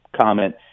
comment